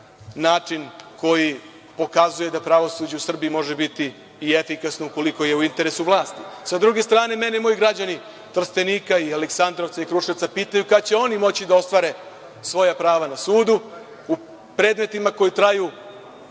način koji pokazuje da pravosuđe u Srbiji može biti i efikasno, ukoliko je u interesu vlasti. Sa druge strane, mene moji građani Trstenika i Aleksandrovca i Kruševca pitaju kada će oni moći da ostvare svoja prava na sudu u predmetima koji traju